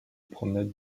promenade